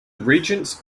regents